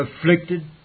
afflicted